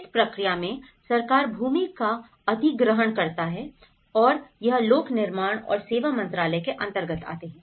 इस प्रक्रिया में सरकार भूमि का अधिग्रहण करता है और यह लोक निर्माण और सेवा मंत्रालय के अंतर्गत आते है